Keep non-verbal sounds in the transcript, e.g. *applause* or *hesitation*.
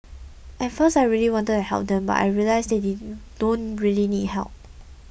at first I really wanted to help them but I realised that they *hesitation* don't really need help